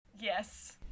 Yes